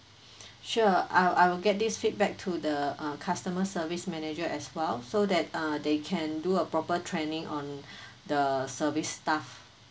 sure I'll I'll get this feedback to the uh customer service manager as well so that uh they can do a proper training on the service staff